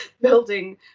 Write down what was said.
building